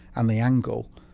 and the angle,